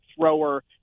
thrower